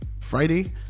Friday